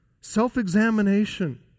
self-examination